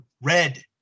red